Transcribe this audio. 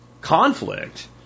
conflict